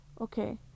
okay